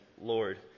Lord